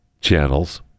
channels